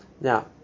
Now